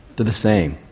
the the same.